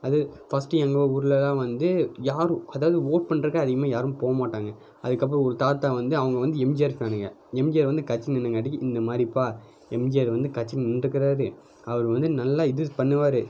அது ஃபஸ்ட்டு எங்கள் ஊர்லேலாம் வந்து யாரும் அதாவது ஓட் பண்றதுக்கு அதிகமாக யாரும் போகமாட்டாங்க அதுக்கு அப்புறம் ஒரு தாத்தா வந்து அவங்க வந்து எம்ஜிஆர் ஃபேனுங்க எம்ஜிஆர் வந்து கட்சியில் நின்னங்காட்டிக்கு இந்த மாதிரிப்பா எம்ஜிஆர் வந்து கட்சியில் நின்றுக்கிறாரு அவர் வந்து நல்லா இது பண்ணுவார்